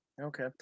Okay